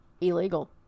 illegal